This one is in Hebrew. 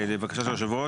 לבקשת יושב הראש,